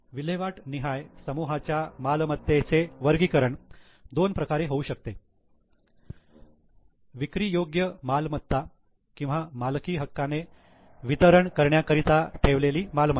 विल्हेवाट निहाय समूहाच्या मालमत्तेचे वर्गीकरण दोन प्रकारे होऊ शकते विक्री योग्य मालमत्ता किंवा मालकी हक्काने वितरण करण्याकरिता ठेवलेली मालमत्ता